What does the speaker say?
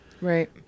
Right